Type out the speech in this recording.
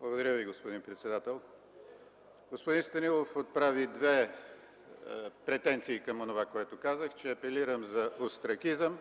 Благодаря Ви, господин председател. Господин Станилов отправи две претенции към онова, което казах, че апелирам за остракизъм